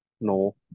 No